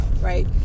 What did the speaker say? right